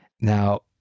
Now